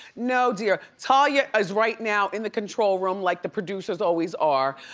no dear, talia is right now in the control room, like the producers always are,